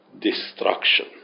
destruction